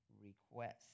request